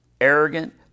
arrogant